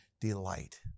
delight